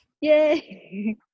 yay